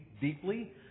deeply